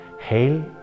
Hail